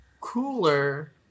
cooler